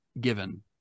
given